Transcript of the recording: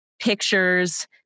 Pictures